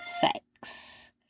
sex